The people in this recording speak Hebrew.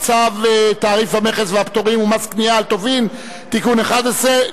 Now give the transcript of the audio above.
צו תעריף המכס והפטורים ומס קנייה על טובין (תיקון מס' 11),